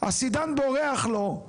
הסידן בורח לו.